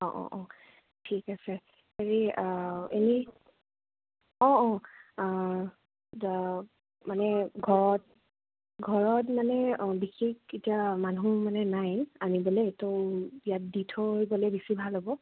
অ' অ' অ' ঠিক আছে হেৰি এনেই অ' অ' মানে ঘৰত ঘৰত মানে বিশেষ এতিয়া মানুহ মানে নাই আনিবলৈ ত' ইয়াত দি থৈ গ'লে বেছি ভাল হ'ব